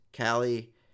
Callie